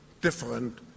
different